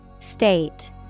State